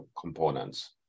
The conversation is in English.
components